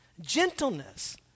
gentleness